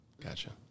gotcha